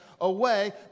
away